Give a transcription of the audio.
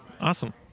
Awesome